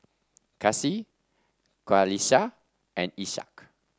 Kasih Qalisha and Ishak